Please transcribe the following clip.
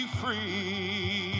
free